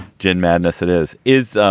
gin madness. that is is.